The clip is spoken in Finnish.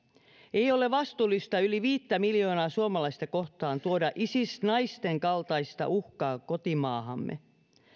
ei ole vastuullista yli viittä miljoonaa suomalaista kohtaan tuoda isis naisten kaltaista uhkaa kotimaahamme